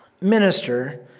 minister